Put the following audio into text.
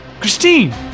Christine